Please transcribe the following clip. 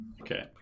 Okay